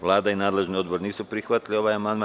Vlada i nadležni odbor nisu prihvatili ovaj amandman.